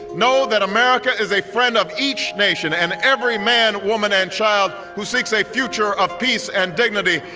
know that america is a friend of each nation, and every man, woman and child who seeks a future of peace and dignity.